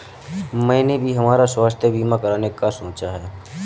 मैंने भी हमारा स्वास्थ्य बीमा कराने का सोचा है